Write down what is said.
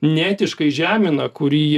neetiškai žemina kurį jie